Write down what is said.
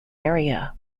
area